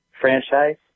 franchise